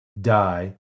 Die